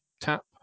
tap